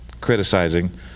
criticizing